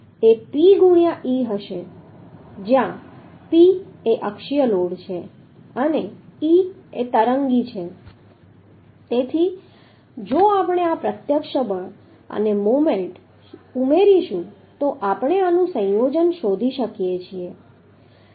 એ P ગુણ્યા e હશે જ્યાં P એ અક્ષીય લોડ છે અને e એ તરંગી છે તેથી જો આપણે આ પ્રત્યક્ષ બળ અને મોમેન્ટ ઉમેરીશું તો આપણે આનું સંયોજન શોધી શકીએ છીએ